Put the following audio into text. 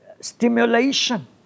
Stimulation